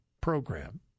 program